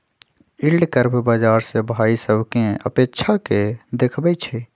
yield curve बाजार से भाइ सभकें अपेक्षा के देखबइ छइ